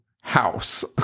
house